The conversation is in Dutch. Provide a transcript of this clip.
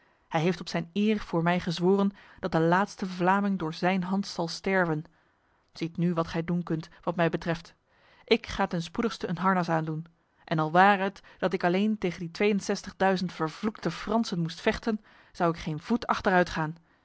hij heeft op zijn eer voor mij gezworen dat de laatste vlaming door zijn hand zal sterven ziet nu wat gij doen kunt wat mij betreft ik ga ten spoedigste een harnas aandoen en al ware het dat ik alleen tegen die tweeënzestigduizend vervloekte fransen moest vechten zou ik geen voet achteruit gaan